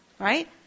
Right